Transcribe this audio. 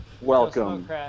welcome